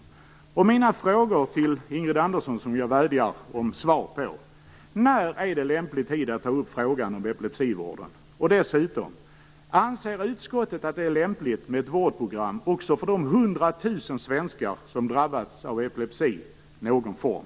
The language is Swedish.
Jag har, som sagt, ett par frågor till Ingrid Andersson. Jag vädjar om svar på dem. När är det lämplig tid att ta upp frågan om epilepsivården? Anser utskottet att det är lämpligt med ett vårdprogram också för de 100 000 svenskar som har drabbats av epilepsi i någon form?